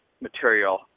material